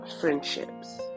friendships